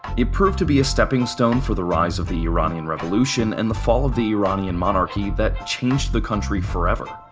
it proved to be a stepping stone for the rise of the iranian revolution and the fall of the iranian monarchy that changed the country forever.